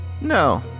no